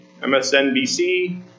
MSNBC